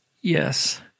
Yes